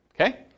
Okay